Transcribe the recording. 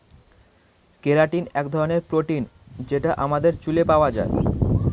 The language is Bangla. কেরাটিন এক ধরনের প্রোটিন যেটা আমাদের চুলে পাওয়া যায়